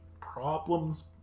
problems